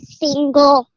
single